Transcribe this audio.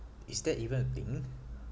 is that even a thing